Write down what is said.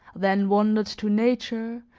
then wandered to nature,